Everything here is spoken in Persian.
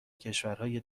کشورهای